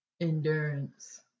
Endurance